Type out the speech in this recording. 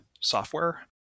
software